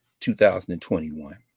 2021